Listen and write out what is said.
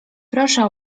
proszę